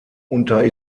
unter